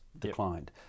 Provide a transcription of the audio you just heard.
declined